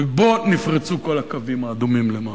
ובו נפרצו כל הקווים האדומים למעשה.